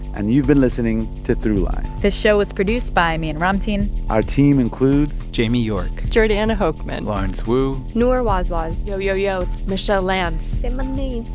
and you've been listening to throughline this show was produced by me and ramtin our team includes. jamie york jordana hochman lawrence wu noor wazwaz yo, yo, yo. it's michelle lanz. um say